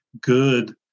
good